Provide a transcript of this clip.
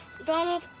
donald,